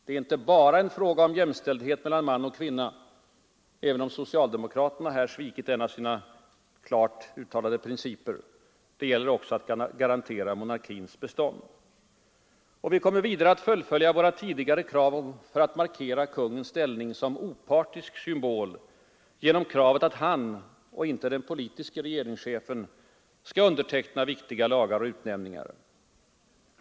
Det är inte bara en fråga om jämställdhet mellan man och kvinna, även om socialdemokraterna här svikit en av sina klart uttalade principer. Det gäller också att garantera monarkins bestånd. Vi kommer vidare att fullfölja vårt tidigare krav om att markera konungens ställning som opartisk symbol genom kravet att han och inte den politiske regeringschefen skall underteckna viktiga lagar och utnämningar.